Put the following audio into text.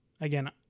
Again